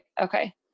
Okay